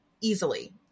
easily